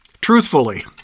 truthfully